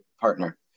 partner